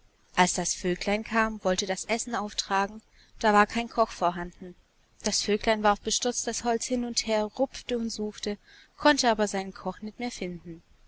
als das vöglein kam wollte das essen auftragen da war kein koch vorhanden das vöglein warf bestürzt das holz hin und her rufte und suchte kunnte aber seinen koch nit mehr finden